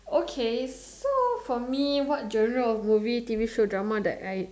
okay so for me what genre of movie T_V show drama that I